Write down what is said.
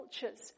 cultures